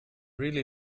really